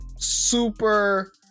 super